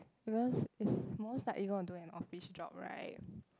because is most likely you gonna do an office job right